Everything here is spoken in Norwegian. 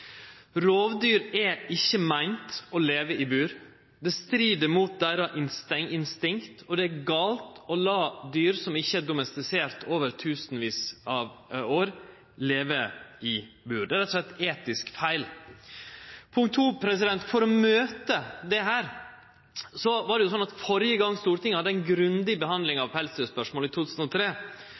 Rovdyr er ikkje meint å skulle leve i bur. Det strider mot deira instinkt, og det er ikkje rett å la dyr som ikkje er domestisert over tusenvis av år, leve i bur. Det er rett og slett etisk feil. Punkt 2: Førre gongen Stortinget hadde ei grundig behandling av pelsdyrspørsmålet, i 2003,